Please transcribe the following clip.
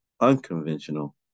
Unconventional